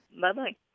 Bye-bye